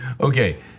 Okay